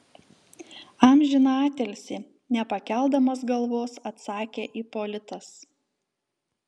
amžiną atilsį nepakeldamas galvos atsakė ipolitas